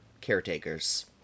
caretakers